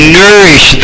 nourish